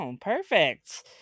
perfect